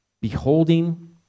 beholding